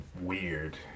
weird